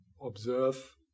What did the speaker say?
observe